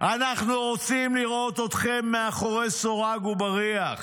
"אנחנו רוצים לראות אתכם מאחורי סורג ובריח